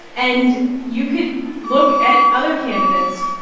and you could look at other candidates.